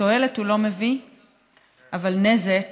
תועלת הוא לא מביא אבל נזק